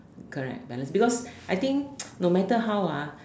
correct balance because I think no matter how ah